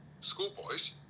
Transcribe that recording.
schoolboys